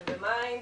ומים,